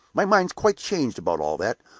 my mind's quite changed about all that,